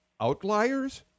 outliers